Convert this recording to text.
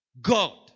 God